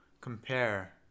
compare